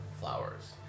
flowers